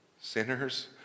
sinners